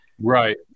right